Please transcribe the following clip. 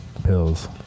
pills